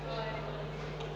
Благодаря,